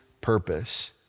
purpose